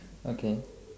okay